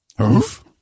Oof